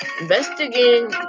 Investigating